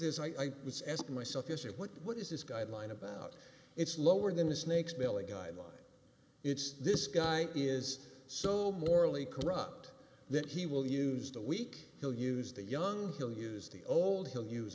this i was asking myself is it what what is this guideline about it's lower than a snake's belly guideline it's this guy is so morally corrupt that he will use the weak he'll use the young he'll use the old he'll use